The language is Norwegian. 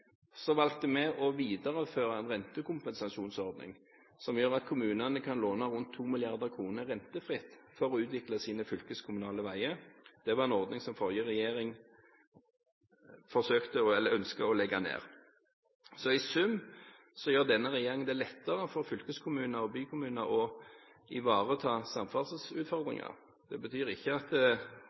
valgte vi å videreføre en rentekompensasjonsordning, som gjør at kommunene kan låne rundt 2 mrd. kr rentefritt for å utvikle sine fylkeskommunale veier. Det var en ordning som den forrige regjeringen ønsket å legge ned. Så i sum gjør denne regjeringen det lettere for fylkeskommuner og bykommuner å ivareta samferdselsutfordringer. Det betyr ikke at